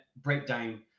breakdown